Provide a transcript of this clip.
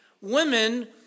women